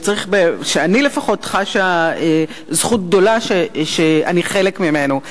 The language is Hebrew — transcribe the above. שאני לפחות חשה זכות גדולה שאני חלק ממנו.